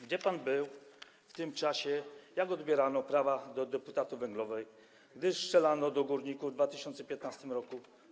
Gdzie pan był w tym czasie, gdy odbierano prawa do deputatu węglowego, gdy strzelano do górników w 2015 r.